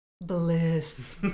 Bliss